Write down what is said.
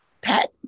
Pat